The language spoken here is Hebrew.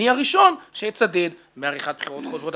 אני הראשון שאצדד בעריכת בחירות חוזרות,